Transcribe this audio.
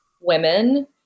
women